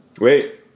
Wait